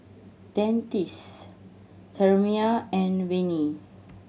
Dentiste Sterimar and Avene